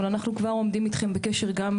אנחנו מקבלים את מרבית ההמלצות של הדוח